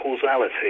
causality